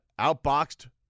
outboxed